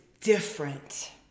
different